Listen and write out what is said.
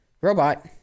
robot